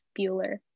bueller